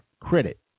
credit